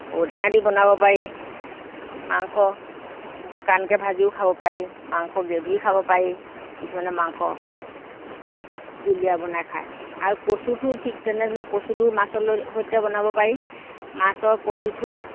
ঔটেঙা দি বনাব পাৰি মাংস শুকানকৈ ভাজিও খাব পাৰি মাংস গ্ৰেভি খাব পাৰি কিছুমানে মাংস জুলীয়া বনাই খায় আৰু কচুঠোৰ ঠিক তেনেধৰণে কচুটোও মাছৰ ল সৈতে বনাব পাৰি মাছৰ কচুঠোৰ